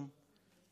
כמה שעות,